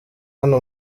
hano